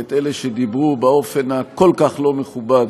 ואת אלה שדיברו באופן הכל-כך לא מכובד,